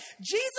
Jesus